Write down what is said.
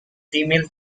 female